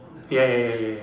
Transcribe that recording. ya ya ya ya ya